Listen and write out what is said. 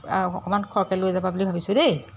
অঁ অকণমান খৰকৈ লৈ যাবা বুলি ভাবিছোঁ দেই